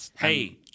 Hey